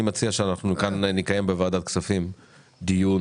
אני מציע שאנחנו כאן נקיים בוועדת כספים דיון,